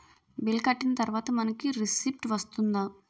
Bill కట్టిన తర్వాత మనకి రిసీప్ట్ వస్తుందా?